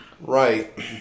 Right